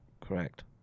Correct